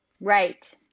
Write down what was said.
right